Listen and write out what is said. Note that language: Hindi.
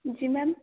जी मैम